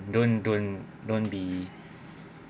don't don't don't be